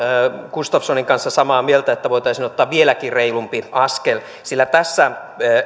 gustafssonin kanssa samaa mieltä että voitaisiin ottaa vieläkin reilumpi askel sillä tässä